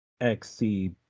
XC